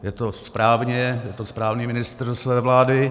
Je to správně, je to správný ministr své vlády.